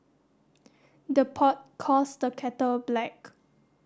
the pot calls the kettle black